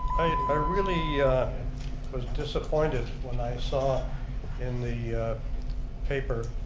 i really was disappointed when i saw in the paper